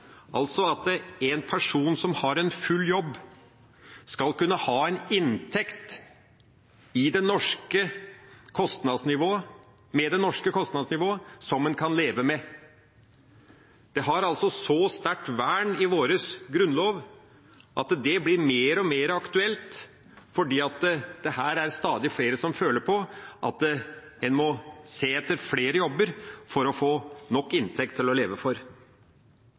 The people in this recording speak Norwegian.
Altså: En person som har en full jobb, skal kunne ha en inntekt med det norske kostnadsnivået som man kan leve av. Det har sterkt vern i vår grunnlov, og det blir mer og mer aktuelt fordi det er stadig flere som føler på at man må se etter flere jobber for å få nok inntekt å leve